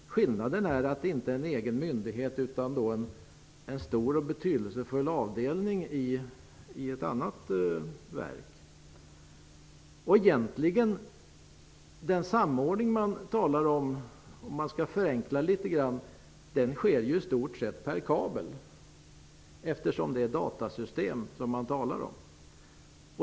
Skillnaden är att CFD inte längre är en egen myndighet utan en stor och betydelsefull avdelning i ett annat verk. Om man skall förenkla det litet grand kan man säga att den samordning som man talar om egentligen sker per kabel, eftersom det är fråga om datasystem.